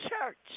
church